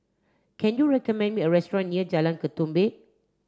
can you recommend me a restaurant near Jalan Ketumbit